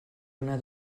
una